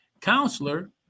counselor